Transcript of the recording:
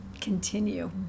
Continue